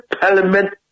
Parliament